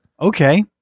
Okay